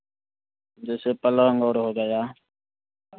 जैसे पलंग और हो गया